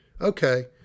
okay